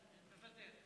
מוותר.